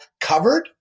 covered